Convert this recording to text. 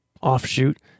offshoot